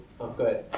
okay